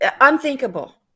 unthinkable